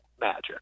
magic